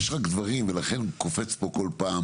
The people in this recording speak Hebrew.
יש דברים שקופצים פה כל פעם,